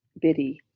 Biddy